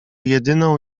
jedyną